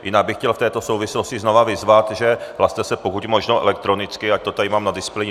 Jinak bych chtěl v této souvislosti znovu vyzvat, že hlaste se pokud možno elektronicky, ať to tady mám na displeji.